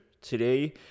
Today